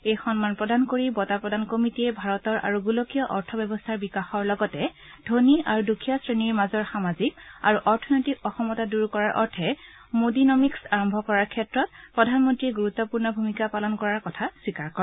এই সন্মান প্ৰদান কৰি বঁটা প্ৰদান কমিটীয়ে ভাৰতৰ আৰু গোলকীয় অৰ্থব্যৱস্থাৰ বিকাশৰ লগতে ধনী আৰু দুখীয়া শ্ৰেণীৰ মাজৰ সামাজিক আৰু অৰ্থনৈতিক অসমতা দূৰ কৰাৰ অৰ্থে মোডীনমিক্স আৰম্ভ কৰাৰ ক্ষেত্ৰত প্ৰধানমন্ত্ৰীয়ে গুৰুত্বপূৰ্ণ ভূমিকা পালন কৰাৰ কথা স্বীকাৰ কৰে